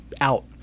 out